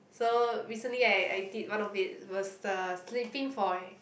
so recently I I did one of it was the sleeping for